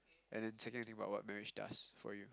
and then thinking about what marriage does for you